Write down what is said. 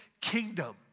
kingdom